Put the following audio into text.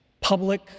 Public